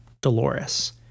Dolores